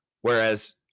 Whereas